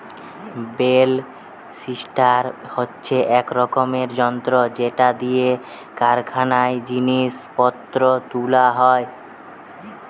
bell lifter হচ্ছে এক রকমের যন্ত্র যেটা দিয়ে কারখানায় জিনিস পত্র তুলা হয়